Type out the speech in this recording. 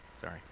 sorry